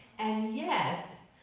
and yet,